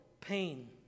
pain